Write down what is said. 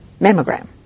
mammogram